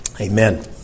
Amen